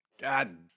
God